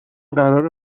قراره